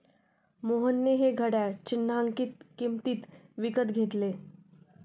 मोहनने हे घड्याळ चिन्हांकित किंमतीत विकत घेतले